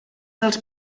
dels